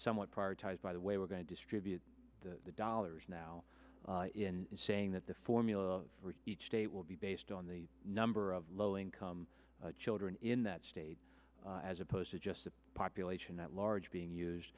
somewhat prioritized by the way we're going to distribute the dollars now in saying that the formula for each state will be based on the number of low income children in that state as opposed to just the population at large being used